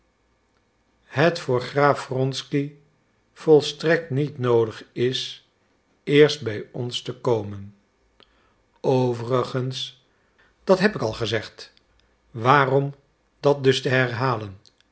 het voor graaf wronsky volstrekt niet noodig is eerst bij ons te komen overigens dat heb ik al gezegd waarom dat dus te herhalen